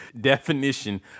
definition